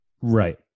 Right